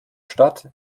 stadt